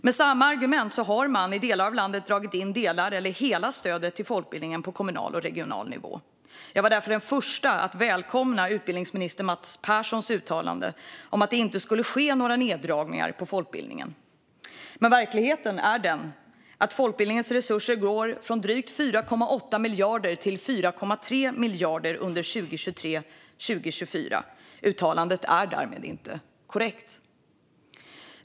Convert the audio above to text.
Med samma argument har man i delar av landet dragit in delar av eller hela stödet till folkbildningen på kommunal och regional nivå. Jag var därför den första att välkomna utbildningsminister Mats Perssons uttalande om att det inte skulle ske några neddragningar på folkbildningen. Men verkligheten är den att folkbildningens resurser går från drygt 4,8 miljarder för 2022 till drygt 4,3 miljarder under 2023 och 2024. Uttalandet var därmed inte korrekt.